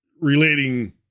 relating